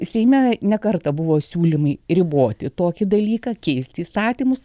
seime ne kartą buvo siūlymai riboti tokį dalyką keisti įstatymus